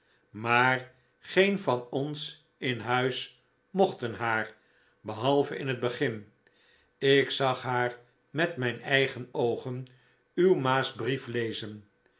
maar geen van ons in huis mochten haar behalve in het begin ik zag haar met mijn eigen oogen uw ma's brief lezen